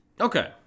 Okay